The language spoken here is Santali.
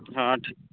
ᱦᱚᱸ ᱴᱷᱤᱠ